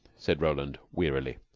said roland wearily.